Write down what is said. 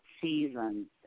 seasons